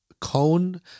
cone